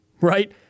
right